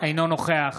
אינו נוכח